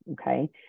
Okay